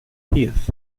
heath